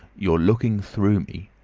you're looking through me.